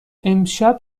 امشب